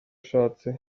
ashatse